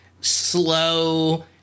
slow